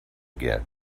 again